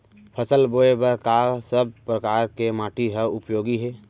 फसल बोए बर का सब परकार के माटी हा उपयोगी हे?